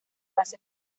bases